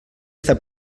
està